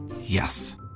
Yes